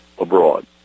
abroad